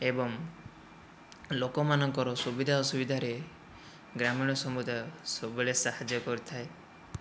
ଏବଂ ଲୋକମାନଙ୍କର ସୁବିଧା ଅସୁବିଧାରେ ଗ୍ରାମୀଣ ସମୁଦାୟ ସବୁବେଳେ ସାହାଯ୍ୟ କରୁଥାଏ